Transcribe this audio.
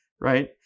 right